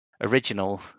original